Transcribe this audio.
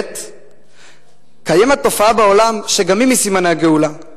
2. קיימת תופעה בעולם, שגם היא מסימני הגאולה,